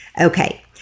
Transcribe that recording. Okay